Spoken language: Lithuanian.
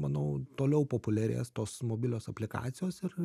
manau toliau populiarės tos mobilios aplikacijos ir